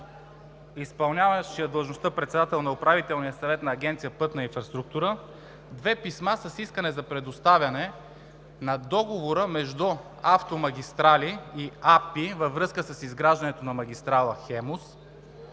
изпълняващия длъжността председател на Управителния съвет на Агенция „Пътна инфраструктура“ две писма с искане за предоставяне на договора между „Автомагистрали“ и АПИ във връзка с изграждането на магистрала „Хемус“,